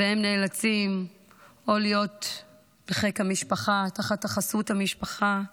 והם נאלצים להיות בחיק המשפחה, תחת חסות המשפחה,